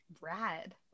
Rad